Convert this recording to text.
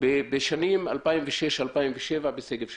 ב-60% בשנים 2006-2007 בשגב שלום.